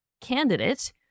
candidate